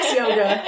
yoga